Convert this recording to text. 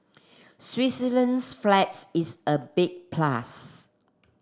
Switzerland's flags is a big plus